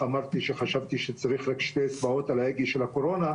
נשארתי עם שתי אצבעות על ההגה של הקורונה,